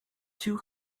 two